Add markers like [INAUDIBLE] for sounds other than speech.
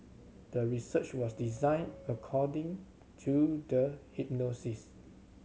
the research was designed according to the [UNINTELLIGIBLE]